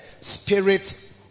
spirit